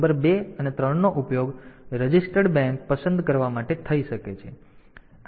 number 2 અને 3 નો ઉપયોગ રજિસ્ટર્ડ બેંક પસંદ કરવા માટે થઈ શકે છે